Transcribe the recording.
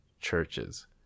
churches